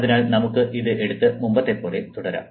അതിനാൽ നമുക്ക് ഇത് എടുത്ത് മുമ്പത്തെപ്പോലെ തുടരാം